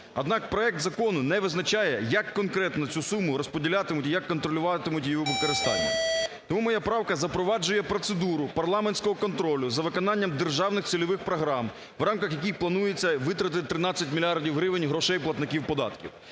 однак проект закону не визначає як конкретно цю суму розподілятимуть і як контролюватимуть її використання. Тому моя правка запроваджує процедуру парламентського контролю за виконанням державних цільових програм в рамках яких планується витратити 13 мільярдів гривень грошей платників податків,